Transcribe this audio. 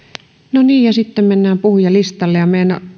no niin ja sitten mennään puhujalistalle